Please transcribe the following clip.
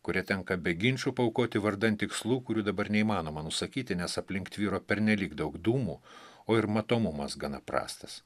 kurią tenka be ginčų paaukoti vardan tikslų kurių dabar neįmanoma nusakyti nes aplink tvyro pernelyg daug dūmų o ir matomumas gana prastas